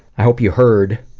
i hope you heard